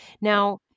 Now